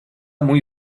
muy